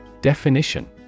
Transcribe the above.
Definition